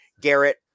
Garrett